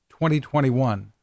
2021